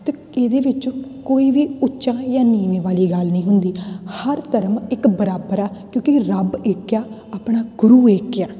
ਅਤੇ ਇਹਦੇ ਵਿੱਚ ਕੋਈ ਵੀ ਉੱਚਾ ਜਾਂ ਨੀਵੇਂ ਵਾਲੀ ਗੱਲ ਨਹੀਂ ਹੁੰਦੀ ਹਰ ਧਰਮ ਇੱਕ ਬਰਾਬਰ ਆ ਕਿਉਂਕਿ ਰੱਬ ਇੱਕ ਆ ਆਪਣਾ ਗੁਰੂ ਇੱਕ ਆ